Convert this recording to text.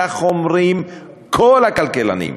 כך אומרים כל הכלכלנים.